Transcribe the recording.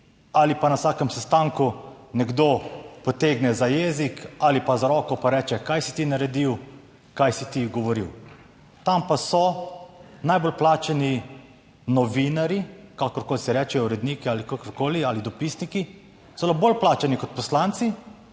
ali pa na vsakem sestanku nekdo potegne za jezik ali pa z roko pa reče, kaj si ti naredil, kaj si ti govoril, tam pa so najbolj plačani novinarji, kakorkoli se reče uredniki ali kakorkoli ali dopisniki, celo bolj plačani kot poslanci,